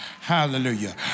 Hallelujah